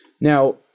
Now